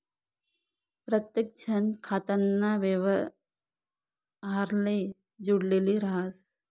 प्रत्येकजण खाताना व्यवहारले जुडेल राहस